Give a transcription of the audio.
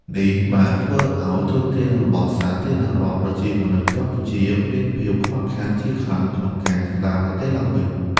នេះបានធ្វើឱ្យធនធានរបស់សាធារណរដ្ឋប្រជាមានិតកម្ពុជា មានភាពខ្វះខាតជាខ្លាំងក្នុងការស្ដារប្រទេសឡើងវិញ។